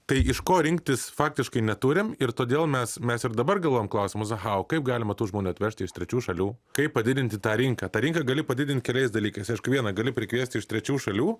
tai iš ko rinktis faktiškai neturim ir todėl mes mes ir dabar galvojam klausimus ahao kaip galima tų žmonių atvežti iš trečių šalių kaip padidinti tą rinką tą rinka gali padidint keliais dalykais aišku viena gali prikviesti iš trečių šalių